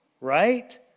Right